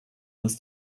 muss